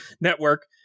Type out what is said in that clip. network